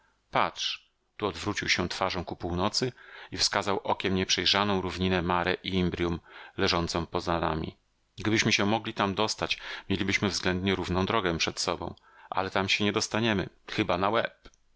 patrz tu odwrócił się twarzą ku północy i wskazał okiem nieprzejrzaną równinę mare imbrium leżącą poza nami gdybyśmy się mogli tam dostać mielibyśmy względnie równą drogę przed sobą ale tam się nie dostaniemy chyba na